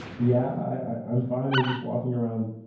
yeah, i'm fine. we're just walking around.